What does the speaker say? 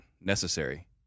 necessary